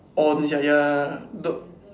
orh